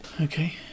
Okay